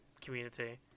Community